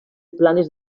planes